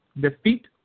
Defeat